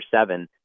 seven